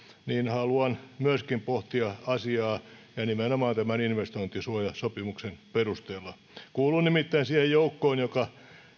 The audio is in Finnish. niin haluan myöskin pohtia asiaa ja nimenomaan tämän investointisuojasopimuksen perusteella kuulun nimittäin siihen joukkoon joka